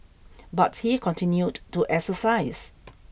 but he continued to exercise